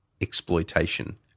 exploitation